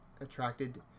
attracted